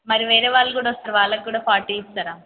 మరి వేరే వాళ్ళు కూడా వస్తారు వాళ్ళకి కూడా ఫార్టీ ఇస్తారా